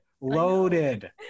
loaded